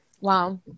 Wow